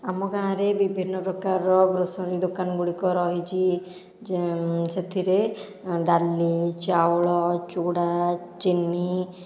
ଆମ ଗାଁରେ ବିଭିନ୍ନ ପ୍ରକାରର ଗ୍ରୋସରି ଦୋକାନ ଗୁଡ଼ିକ ରହିଛି ଯେ ସେଥିରେ ଡାଲି ଚାଉଳ ଚୁଡ଼ା ଚିନି